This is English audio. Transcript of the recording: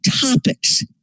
topics